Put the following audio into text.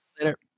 Later